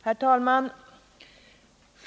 Herr talman!